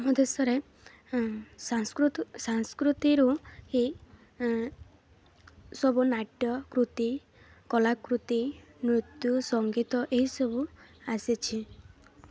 ଆମ ଦେଶରେ ସଂସ୍କୃତରୁ ହିଁ ସବୁ ନାଟ୍ୟକୃତି କଳାକୃତି ନୃତ୍ୟ ସଙ୍ଗୀତ ଏହିସବୁ ଆସିଛି